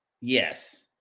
Yes